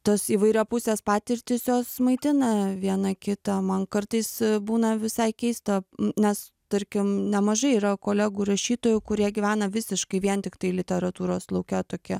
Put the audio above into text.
tos įvairiapusės patirtys jos maitina viena kitą man kartais būna visai keista nes tarkim nemažai yra kolegų rašytojų kurie gyvena visiškai vien tiktai literatūros lauke tokie